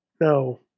No